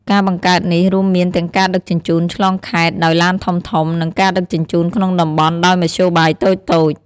ការបង្កើតនេះ រួមមានទាំងការដឹកជញ្ជូនឆ្លងខេត្តដោយឡានធំៗ និងការដឹកជញ្ជូនក្នុងតំបន់ដោយមធ្យោបាយតូចៗ។